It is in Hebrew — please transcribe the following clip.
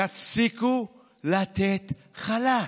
תפסיקו לתת חל"ת.